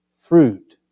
Fruit